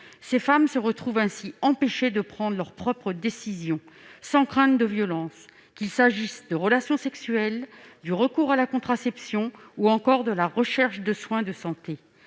Ces femmes se retrouvent ainsi privées de la possibilité de prendre leurs propres décisions sans crainte de subir des violences, qu'il s'agisse de relations sexuelles, du recours à la contraception ou encore de la recherche de soins de santé.